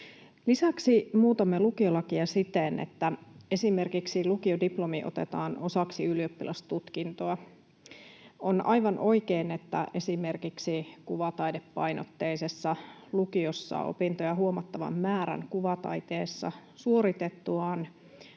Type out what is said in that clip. Lisäksi muutamme lukiolakia siten, että esimerkiksi lukiodiplomi otetaan osaksi ylioppilastutkintoa. On aivan oikein, että esimerkiksi kuvataidepainotteisessa lukiossa opintoja huomattavan määrän kuvataiteessa suoritettuaan